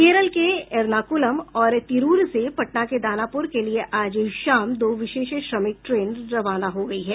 केरल के एर्नाकुलम और तिरूर से पटना के दानापुर के लिए आज शाम दो विशेष श्रमिक ट्रेन रवाना हो गयी है